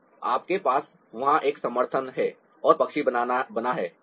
तो आपके पास वहां एक समर्थन है और पक्षी बना है